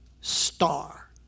Star